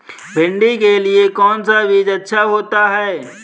भिंडी के लिए कौन सा बीज अच्छा होता है?